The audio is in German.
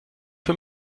für